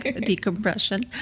Decompression